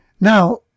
Now